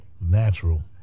natural